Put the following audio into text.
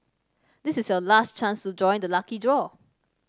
this is your last chance to join the lucky draw